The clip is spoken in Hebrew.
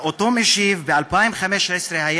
ב-2010,